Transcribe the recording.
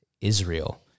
Israel